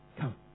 come